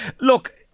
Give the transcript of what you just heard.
Look